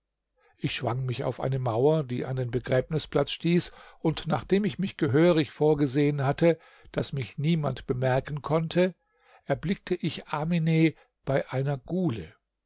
ich schwang mich auf eine mauer die an den begräbnisplatz stieß und nachdem ich mich gehörig vorgesehen hatte daß mich niemand bemerken konnte erblickte ich aminen bei einer gule